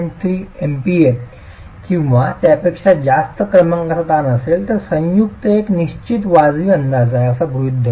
3 MPa किंवा त्यापेक्षा जास्त क्रमांकाचा ताण असेल तर संयुक्त एक निश्चित वाजवी अंदाज आहे असा गृहित धरून